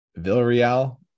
Villarreal